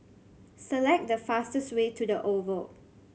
select the fastest way to The Oval